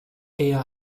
eher